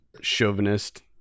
chauvinist